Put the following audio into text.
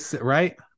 right